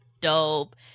dope